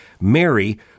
Mary